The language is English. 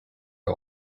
the